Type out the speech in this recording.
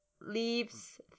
Leaves